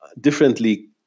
differently